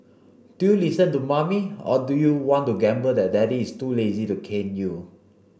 do you listen to mommy or do you want to gamble that daddy is too lazy to cane you